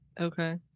Okay